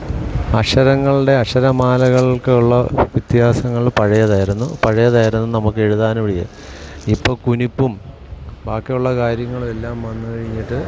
അക്ഷരങ്ങളുടെ അഷരമാലകൾക്കുള്ള വ്യത്യാസങ്ങൾ പഴയതായിരുന്നു പഴയതായിരുന്നു നമുക്ക് എഴ്താനുളിയെ ഇപ്പം കുനിപ്പും ബാക്കിയുള്ള കാര്യങ്ങളുമെല്ലാം വന്ന് കഴിഞ്ഞിട്ട്